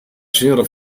signora